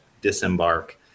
disembark